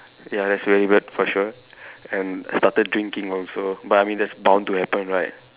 ya that's very bad for sure and I started drinking also but I mean that's bound to happen right